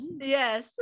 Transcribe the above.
Yes